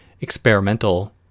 experimental